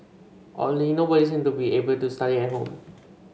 oddly nobody seemed to be able to study at home